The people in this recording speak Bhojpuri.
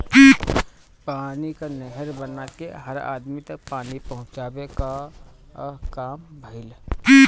पानी कअ नहर बना के हर अदमी तक पानी पहुंचावे कअ काम भइल